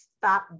stop